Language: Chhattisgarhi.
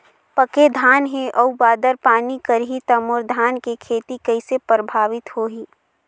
पके धान हे अउ बादर पानी करही त मोर धान के खेती कइसे प्रभावित होही?